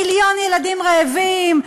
מיליון ילדים רעבים,